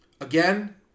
again